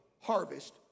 harvest